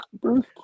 Bruce